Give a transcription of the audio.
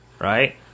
right